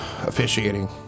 officiating